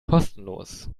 kostenlos